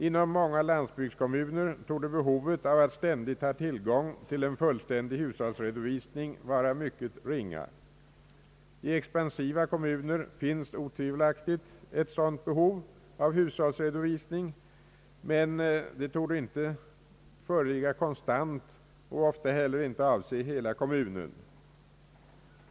Inom många landsbygdskommuner torde behovet av att ständigt ha tillgång till en fullständig hushållsredovisning vara mycket ringa. I expansiva kommuner finns otvivelaktigt ett behov av hushållsredovisning, men det torde inte föreligga konstant och ofta inte heller avse hela kommuner.